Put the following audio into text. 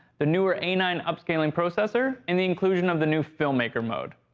the newer a nine upscaling processor, and the inclusion of the new filmmaker mode.